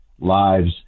lives